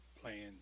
playing